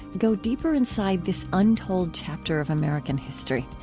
go deeper inside this untold chapter of american history.